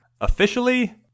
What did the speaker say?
Officially